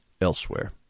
elsewhere